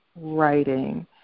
writing